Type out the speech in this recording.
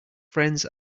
friends